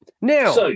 now